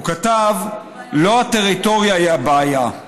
הוא כתב: "לא הטריטוריה היא הבעיה,